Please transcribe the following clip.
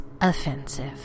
offensive